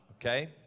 Okay